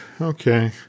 Okay